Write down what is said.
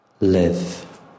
live